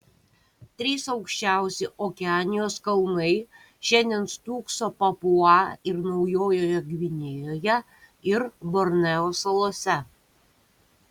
trys aukščiausi okeanijos kalnai šiandien stūkso papua ir naujojoje gvinėjoje ir borneo salose